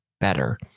better